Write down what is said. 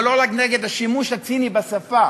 אבל לא רק נגד השימוש הציני בשפה,